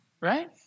Right